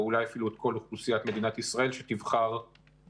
או אולי אפילו את כל מדינת ישראל שתבחר להתחסן.